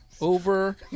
over